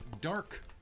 dark